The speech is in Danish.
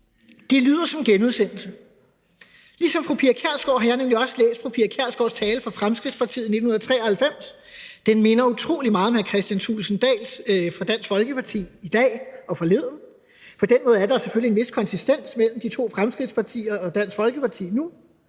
lyder som en genudsendelse. Ligesom fru Pia Kjærsgaard har jeg nemlig også læst fru Pia Kjærsgaards tale for Fremskridtspartiet i 1993. Den minder utrolig meget om talen fra hr. Kristian Thulesen Dahl, Dansk Folkeparti, i dag og forleden. På den måde er der selvfølgelig en vis konsistens mellem Fremskridtspartiet og Dansk Folkeparti.